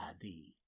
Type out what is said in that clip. thee